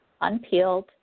unpeeled